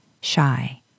shy